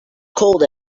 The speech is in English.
cold